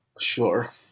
Sure